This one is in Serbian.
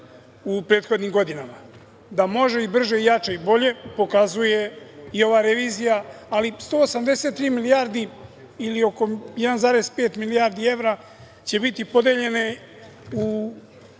u prethodnim godinama. Da može i brže, jače i bolje, pokazuje i ova revizija, ali 183 milijardi ili oko 1,5 milijardi evra će biti podeljene